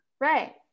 right